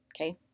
okay